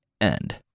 end